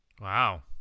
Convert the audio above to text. wow